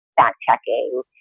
fact-checking